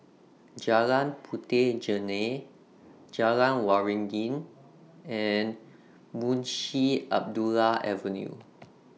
Jalan Puteh Jerneh Jalan Waringin and Munshi Abdullah Avenue